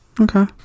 Okay